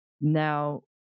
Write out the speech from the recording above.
Now